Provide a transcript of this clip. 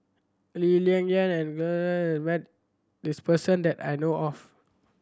Lee Ling Yen and met this person that I know of